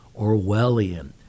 Orwellian